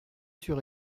sur